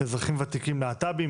אזרחים וותיקים להט"בים,